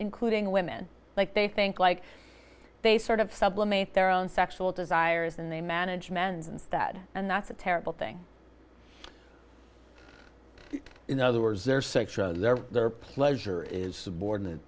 including women like they think like they sort of sublimate their own sexual desires and they manage men's instead and that's a terrible thing in other words their sex their their pleasure is subordinate